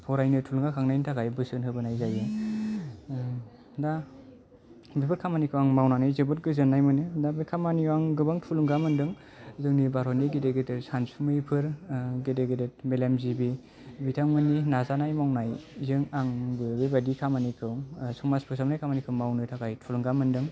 फरायनो थुलुंगाखांनायनि थाखाय बोसोन होबोनाय जायो दा बेफोर खामानिखौ आं मावनानै जोबोद गोजोनाय मोनो दा बेफोर खामानियाव आं गोबां थुलुंगा मोनदों जोंनि भारतनि गिदिर गिदिर सानसुमैफोर गेदेद गेदेद मेलेमजिबि बिथांमोननि नाजानाय मावनायजों आंबो बेबायदि खामानिखौ समाज फोसाबनाय खामानिखौ मावनो थाखाय थुलुंगा मोनदों